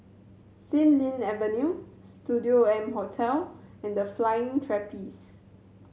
Xilin Avenue Studio M Hotel and The Flying Trapeze